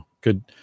Good